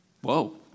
Whoa